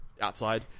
outside